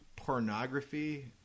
pornography